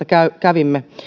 kävimme minä